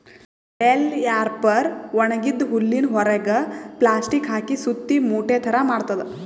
bell wrapper ಒಣಗಿದ್ದ್ ಹುಲ್ಲಿನ್ ಹೊರೆಗ್ ಪ್ಲಾಸ್ಟಿಕ್ ಹಾಕಿ ಸುತ್ತಿ ಮೂಟೆ ಥರಾ ಮಾಡ್ತದ್